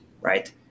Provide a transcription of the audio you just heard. Right